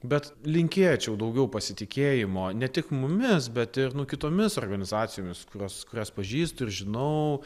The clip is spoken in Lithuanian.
bet linkėčiau daugiau pasitikėjimo ne tik mumis bet ir nu kitomis organizacijomis kurios kurias pažįstu ir žinau